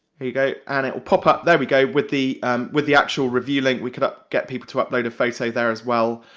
here go, and it'll pop up, there we go, with the with the actual review link, we can get people to upload a photo there as well.